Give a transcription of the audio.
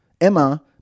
Emma